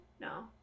No